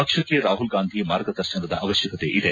ಪಕ್ಷಕ್ಕೆ ರಾಹುಲ್ ಗಾಂಧಿ ಮಾರ್ಗದರ್ಶನದ ಅವಶ್ಯಕತೆ ಇದೆ